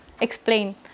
explain